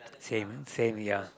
same same ya